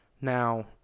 Now